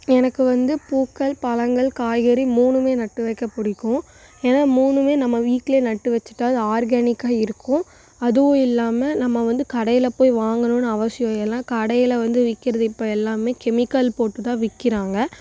எனக்கு வந்து பூக்கள் பழங்கள் காய்கறி மூணுமே நட்டு வைக்க பிடிக்கும் ஏன்னா மூணுமே நம்ம வீட்டில் நட்டு வச்சிட்டா அது ஆர்கேனிக்காக இருக்கும் அதுவும் இல்லாம நம்ம வந்து கடையில் போய் வாங்கணுன்னு அவஷியோம் எல்லா கடையில் வந்து விற்கிறது இப்போ எல்லாமே கெமிக்கல் போட்டு தான் விற்கிறாங்க